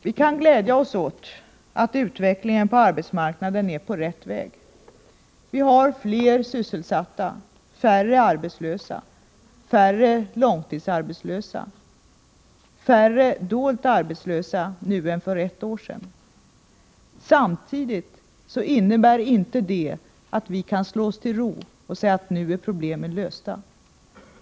Vi kan glädja oss åt att utvecklingen på arbetsmarknaden är på rätt väg. Vi har fler sysselsatta, färre arbetslösa och långtidsarbetslösa liksom också färre dolt arbetslösa nu än för ett år sedan. Samtidigt innebär inte det att vi kan slå oss till ro och säga att problemen nu är lösta.